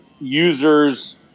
users